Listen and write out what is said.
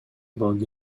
болгон